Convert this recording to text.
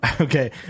Okay